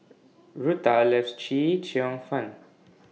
Rutha loves Chee Cheong Fun